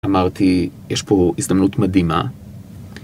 אמרתי, יש פה הזדמנות מדהימה.